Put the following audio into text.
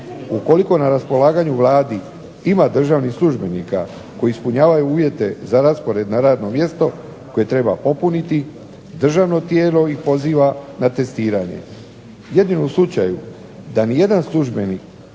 Ukoliko na raspolaganju Vladi ima državnih službenika koji ispunjavaju uvjete za raspored na radno mjesto koje treba popuniti državno tijelo ih poziva na testiranje. Jedino u slučaju da nijedan službenik